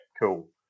cool